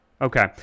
Okay